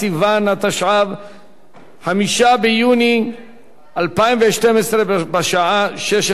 5 ביוני 2012, בשעה 16:00.